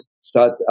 Start